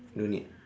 no need